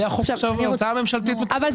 ההצעה הממשלתית --- אבל,